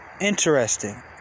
interesting